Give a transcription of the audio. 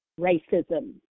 racism